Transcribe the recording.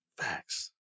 Facts